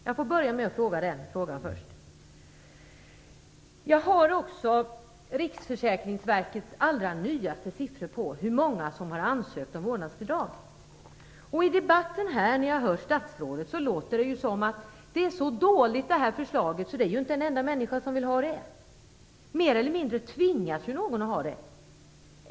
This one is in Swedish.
Jag har även tagit med mig Riksförsäkringsverkets senaste siffror på hur många som har ansökt om vårdnadsbidrag. I debatten här låter det på statsrådet som om detta förslag är så dåligt att det inte finns en enda människa som vill ha vårdnadsbidrag - man tvingas mer eller mindre till det.